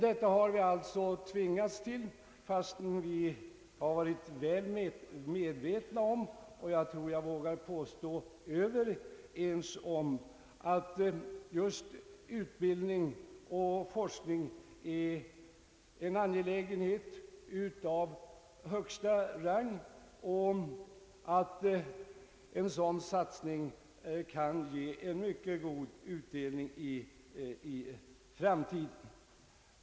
Detta har vi alltså tvingats till, trots att vi har varit väl medvetna om — jag vågar påstå överens om — att just utbildning och forskning är angelägenheter av högsta rang och att en satsning på dessa kan ge mycket god utdelning i framtiden.